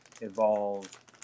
evolve